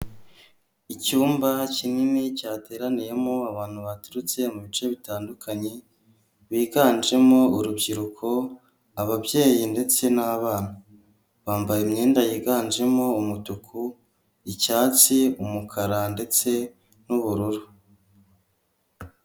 Icyumba kinini cyateraniyemo abantu baturutse mu bice bitandukanye, biganjemo urubyiruko, ababyeyi ndetse n'abana, bambaye imyenda yiganjemo umutuku, icyatsi, umukara ndetse n'ubururu.